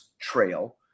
Trail